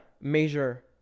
major